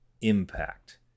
impact